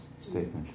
statement